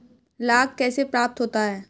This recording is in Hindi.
लाख कैसे प्राप्त होता है?